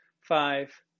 five